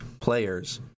players